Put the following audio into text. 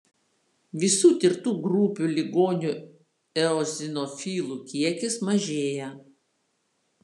visų tirtų grupių ligonių eozinofilų kiekis mažėja